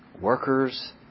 Workers